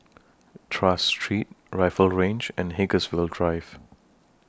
Tras Street Rifle Range and Haigsville Drive